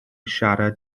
siarad